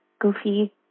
goofy